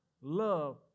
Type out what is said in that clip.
love